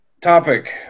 topic